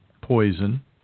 poison